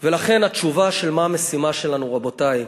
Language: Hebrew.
ולכן התשובה של מה המשימה שלנו, רבותי,